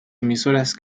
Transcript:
emisoras